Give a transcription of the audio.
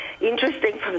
interesting